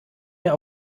mehr